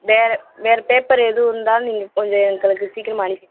வேற வேற பேப்பரு எதுவும் இருந்தாலும் நீங்கள் கொஞ்சம் எங்களுக்கு சீக்கிரமா அனுப்பி